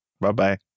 Bye-bye